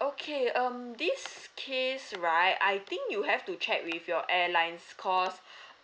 okay um this case right I think you have to check with your airlines cause